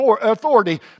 authority